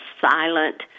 silent